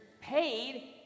paid